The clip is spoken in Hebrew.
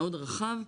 מאוד רחב,